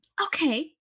Okay